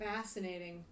fascinating